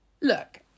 Look